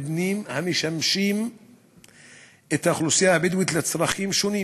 מבנים המשמשים את האוכלוסייה הבדואית לצרכים שונים,